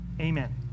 Amen